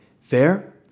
Fair